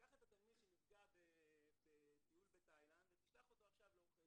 קח את התלמיד שנפגע בטיול בתאילנד ותשלח אותו עכשיו לעורכי